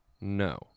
No